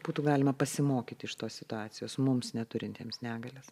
būtų galima pasimokyti iš tos situacijos mums neturintiems negalias